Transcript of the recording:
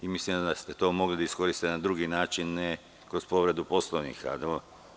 Mislim da ste to mogli da iskoristite na jedan drugi način, a ne kroz povredu Poslovnika.